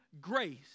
grace